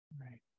Right